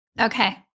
Okay